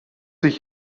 ich